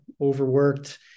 overworked